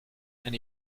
and